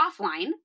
offline